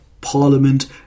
Parliament